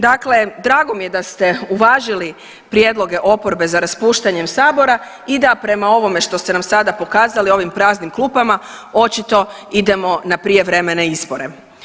Dakle, drago mi je da ste uvažili prijedloge oporbe za raspuštanjem Sabora i da prema ovome što ste nam sada pokazali, ovim praznim klupama, očito idemo na prijevremene izbore.